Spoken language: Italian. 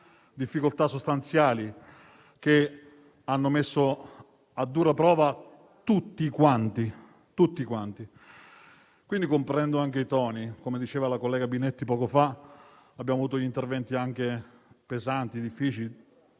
difficoltà sostanziali che hanno messo a dura prova tutti; comprendo quindi anche i toni. Come diceva la collega Binetti poco fa, abbiamo avuto interventi anche pesanti, difficili,